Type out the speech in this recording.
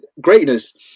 Greatness